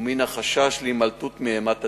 ומן החשש להימלטות מאימת הדין.